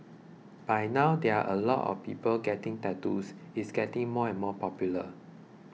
by now there are a lot of people getting tattoos it's getting more and more popular